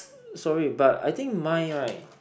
sorry but I think mine right